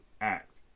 act